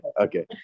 Okay